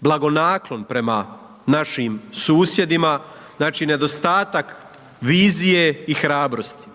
blagonaklon prema našim susjedima, znači nedostatak vizije i hrabrosti.